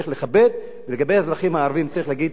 ולגבי האזרחים הערבים צריך להגיד: שוויון